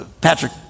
Patrick